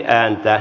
puhemies